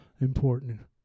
important